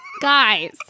guys